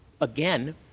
again